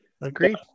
Agreed